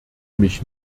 mich